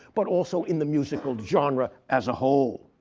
but also in the musical genre as a whole.